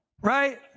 right